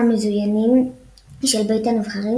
המזוינים של בית הנבחרים,